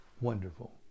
Wonderful